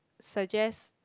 suggest